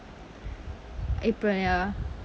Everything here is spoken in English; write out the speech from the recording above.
april ya